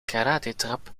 karatetrap